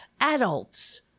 adults